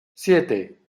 siete